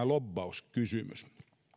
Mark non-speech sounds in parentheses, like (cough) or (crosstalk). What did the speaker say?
(unintelligible) lobbauskysymystä